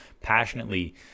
passionately